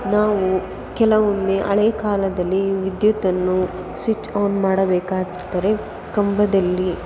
ನಾವು ಕೆಲವೊಮ್ಮೆ ಹಳೆ ಕಾಲದಲ್ಲಿ ವಿದ್ಯುತ್ತನ್ನು ಸ್ವಿಚ್ ಆನ್ ಮಾಡಬೇಕಾದರೆ ಕಂಬದಲ್ಲಿ